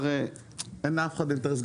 אין לאף אחד אינטרס,